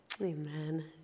Amen